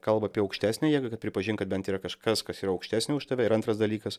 kalba apie aukštesnę jėgą kad pripažint kad bent yra kažkas kas yra aukštesnio už tave ir antras dalykas